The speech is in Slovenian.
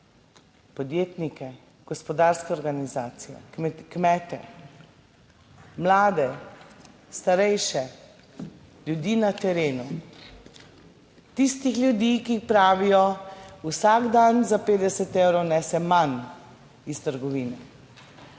podjetnike, gospodarske organizacije, kmete, mlade, starejše, ljudi na terenu, tistih ljudi, ki pravijo, vsak dan za 50 evrov nese manj iz trgovine.